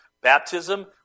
Baptism